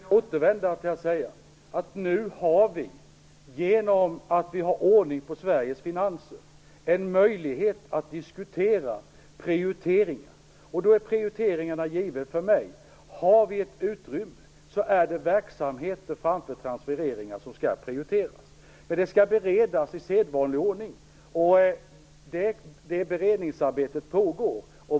Herr talman! Lars Bäckström frågar när vi skall satsa mer på vård, omsorg osv. Jag vill återigen säga att vi nu, genom att vi har ordning på Sveriges finanser, har möjlighet att diskutera prioriteringar. Prioriteringarna är givna för mig. Har vi ett utrymme är det verksamheter framför transfereringar som skall prioriteras, men det skall beredas i sedvanlig ordning. Det beredningsarbetet pågår.